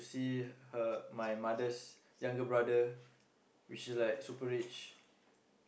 to see her my mother's younger brother which is like super rich and